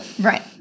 Right